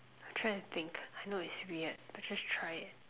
I'm trying to think I know it's weird but just try it